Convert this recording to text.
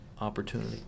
opportunity